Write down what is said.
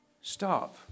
Stop